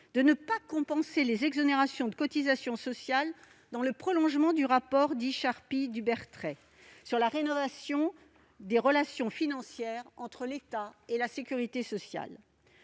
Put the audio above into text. de ne pas compenser les exonérations de cotisations sociales, donnant un prolongement aux conclusions du rapport dit « Charpy-Dubertret » sur la rénovation des relations financières entre l'État et la sécurité sociale.